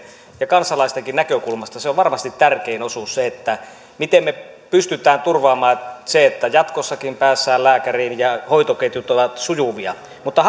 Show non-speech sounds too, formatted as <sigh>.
kansalaistenkin näkökulmasta se on varmasti tärkein osuus miten me pystymme turvaamaan sen että jatkossakin päästään lääkäriin ja hoitoketjut ovat sujuvia mutta <unintelligible>